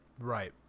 Right